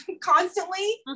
constantly